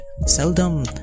seldom